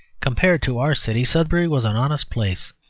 compared to our city, sudbury was an honest place.